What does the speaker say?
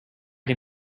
can